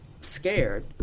scared